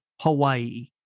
Hawaii